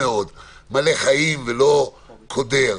מלא חיים ולא קודר.